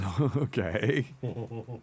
Okay